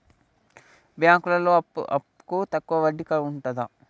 బ్యాంకులలో అప్పుకు తక్కువ వడ్డీ ఉంటదా?